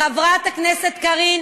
חברת הכנסת קארין,